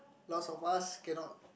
lots of us cannot